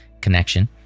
connection